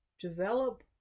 develop